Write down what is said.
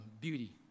beauty